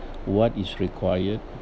what is required